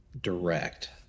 direct